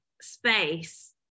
space